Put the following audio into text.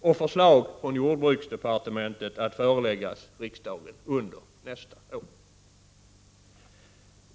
Förslag från jordbruksdepartementet kommer att föreläggas riksdagen under nästa år.